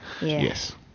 Yes